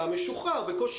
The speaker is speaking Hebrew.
לא לבלבל